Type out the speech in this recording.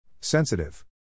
sensitive